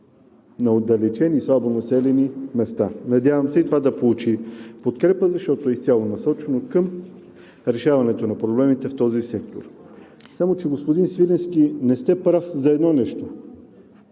на отдалечени и слабо населени места. Надявам се и това да получи подкрепа, защото изцяло е насочено към решаването на проблемите в този сектор. Само че, господин Свиленски, не сте прав за едно нещо.